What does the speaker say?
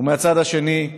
מהצד השני,